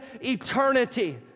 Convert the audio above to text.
eternity